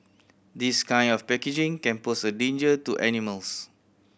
this kind of packaging can pose a danger to animals